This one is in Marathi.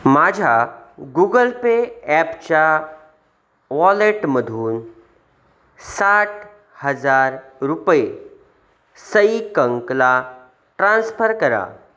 माझ्या गुगल पे ॲपच्या वॉलेटमधून साठ हजार रुपये सई कंकला ट्रान्स्फर करा